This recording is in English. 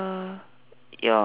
your